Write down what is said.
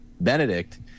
Benedict